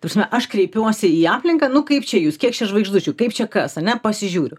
ta prasme aš kreipiuosi į aplinką nu kaip čia jūs kiek čia žvaigždučių kaip čia kas ane pasižiūriu